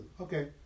Okay